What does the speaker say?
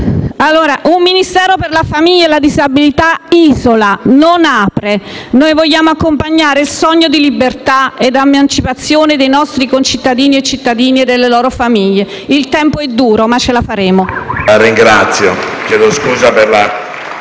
*(PD)*. Un Ministero per la famiglia e la disabilità isola, non apre. Noi vogliamo accompagnare il sogno di libertà ed emancipazione dei nostri concittadini e delle loro famiglie. I tempi sono duri, ma ce la faremo.